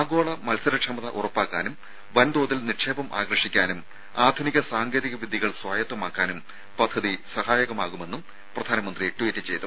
ആഗോള മത്സരക്ഷമത ഉറപ്പാക്കാനും വൻതോതിൽ നിക്ഷേപം ആകർഷിക്കാനും അത്യാധുനിക സാങ്കേതിക വിദ്യകൾ സ്വായത്തമാക്കാനും പദ്ധതി സഹായകമാകുമെന്നും പ്രധാനമന്ത്രി ട്വീറ്റ് ചെയ്തു